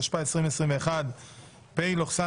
התשפ"ב-2021 (פ/2371/24),